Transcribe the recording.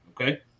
Okay